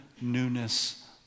newness